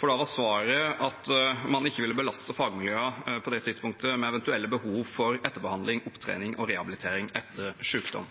Da var svaret at man på det tidspunktet ikke ville belaste fagmiljøene med eventuelle behov for etterbehandling, opptrening og rehabilitering etter